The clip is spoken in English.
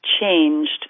changed